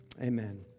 amen